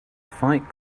fight